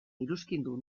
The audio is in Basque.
iruzkindu